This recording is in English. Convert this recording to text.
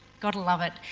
got to love it.